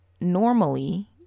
normally